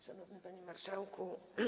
Szanowny Panie Marszałku!